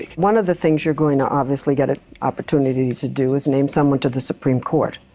one of the things you're going to obviously get an opportunity to do is name someone to the supreme court.